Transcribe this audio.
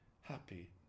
happy